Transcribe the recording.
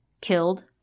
Killed